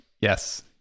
Yes